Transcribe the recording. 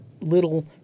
little